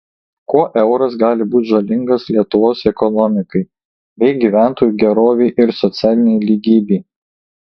kuo euras gali būti žalingas lietuvos ekonomikai bei gyventojų gerovei ir socialinei lygybei